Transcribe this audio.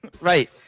Right